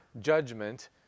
judgment